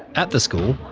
at the school,